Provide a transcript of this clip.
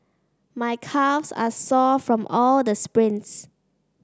my calves are sore from all the sprints